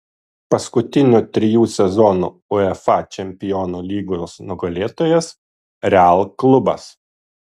paskutinių trijų sezonų uefa čempionų lygos nugalėtojas real klubas